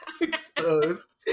Exposed